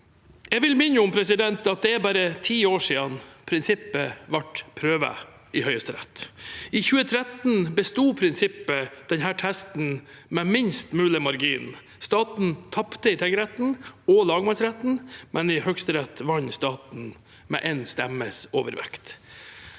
Jeg vil minne om at det er bare ti år siden prinsippet ble prøvet i Høyesterett. I 2013 besto prinsippet denne testen med minst mulig margin. Staten tapte i tingretten og lagmannsretten, men i Høyesterett vant staten med én stemmes overvekt.